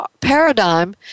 paradigm